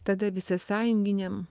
tada visasąjunginiam